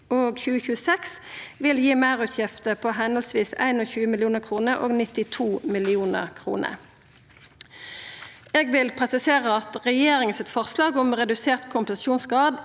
og 2026 vil gi meirutgifter på høvesvis 21 mill. kr og 92 mill. kr. Eg vil presisera at regjeringa sitt forslag om redusert kompensasjonsgrad